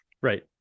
right